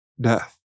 death